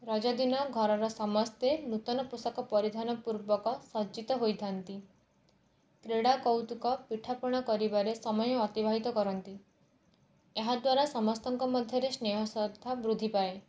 ରଜ ଦିନ ଘରର ସମସ୍ତେ ନୂତନ ପୋଷାକ ପରିଧାନ ପୂର୍ବକ ସଜ୍ଜିତ ହୋଇଥାଆନ୍ତି କ୍ରୀଡ଼ା କୌତୁକ ପିଠା ପଣା କରିବାରେ ସମୟ ଅତିବାହିତ କରନ୍ତି ଏହାଦ୍ୱାରା ସମସ୍ତଙ୍କ ମଧ୍ୟରେ ସ୍ନେହ ଶ୍ରଦ୍ଧା ବୃଦ୍ଧିପାଏ